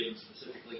specifically